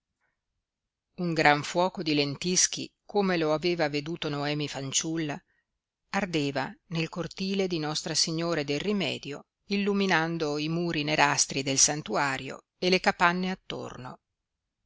un gran fuoco di lentischi come lo aveva veduto noemi fanciulla ardeva nel cortile di nostra signora del rimedio illuminando i muri nerastri del santuario e le capanne attorno